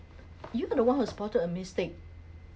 you are the one who's spotted the mistake